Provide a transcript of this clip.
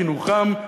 חינוכם,